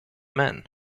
men